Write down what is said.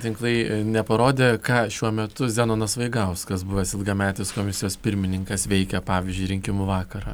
tinklai neparodė ką šiuo metu zenonas vaigauskas buvęs ilgametis komisijos pirmininkas veikia pavyzdžiui rinkimų vakarą